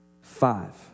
Five